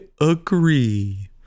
agree